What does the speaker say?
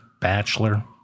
bachelor